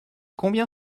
combien